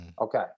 Okay